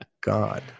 God